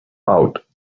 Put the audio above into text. out